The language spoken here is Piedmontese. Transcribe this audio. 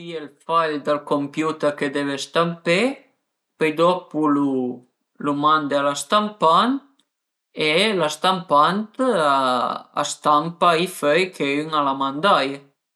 Pìe ël file dal computer chë deve stampé, pöi dopu lu mande a la stampant e la stampant a stampa i föi chë ün a la mandaie